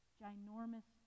ginormous